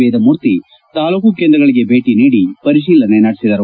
ವೇದಮೂರ್ತಿ ತಾಲೂಕು ಕೇಂದ್ರಗಳಗೆ ಭೇಟಿ ನೀಡಿ ಪರಿತೀಲನೆ ನಡೆಸಿದರು